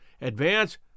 advance